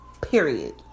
period